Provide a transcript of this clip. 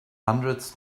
hundreds